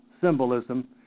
symbolism